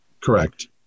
Correct